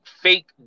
fake